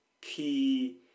key